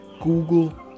Google